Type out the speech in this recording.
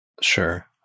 Sure